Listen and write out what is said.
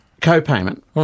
Co-payment